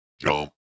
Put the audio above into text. jump